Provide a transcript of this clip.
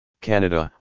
Canada